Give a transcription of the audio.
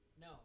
No